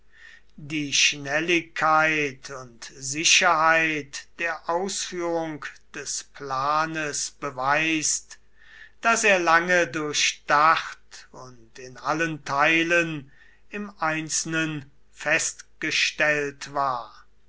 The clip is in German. die schnelligkeit und sicherheit der ausführung des planes beweist daß er lange durchdacht und in allen teilen im einzelnen festgestellt war